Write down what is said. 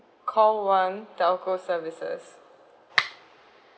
call one telco services